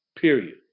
period